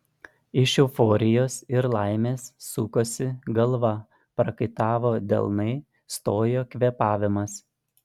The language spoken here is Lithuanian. iš euforijos ir laimės sukosi galva prakaitavo delnai stojo kvėpavimas